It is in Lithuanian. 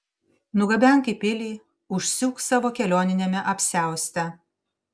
nugabenk į pilį užsiūk savo kelioniniame apsiauste